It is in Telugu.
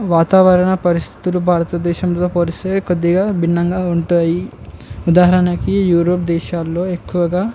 వాతావరణ పరిస్థితులు భారతదేశంలో పోలిస్తే కొద్దిగా భిన్నంగా ఉంటాయి ఉదాహరణకి యూరోప్ దేశాల్లో ఎక్కువగా